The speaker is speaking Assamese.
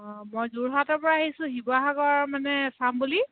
অঁ মই যোৰহাটৰ পৰা আহিছোঁ শিৱসাগৰ মানে চাম বুলি